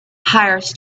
hires